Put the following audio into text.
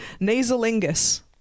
nasolingus